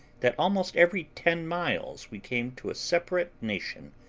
that almost every ten miles we came to a separate nation,